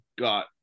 got